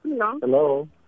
Hello